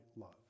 love